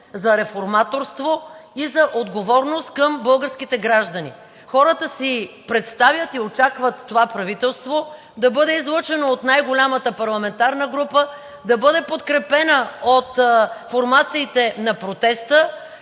за реформаторство и за отговорност към българските граждани. Хората си представят и очакват това правителство да бъде излъчено от най-голямата парламентарна група, да бъде подкрепено от формациите на протеста